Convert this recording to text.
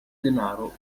denaro